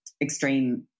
extreme